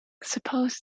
suppose